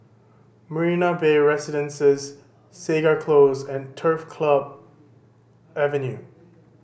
Marina Bay Residences Segar Close and Turf Club Avenue